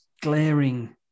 glaring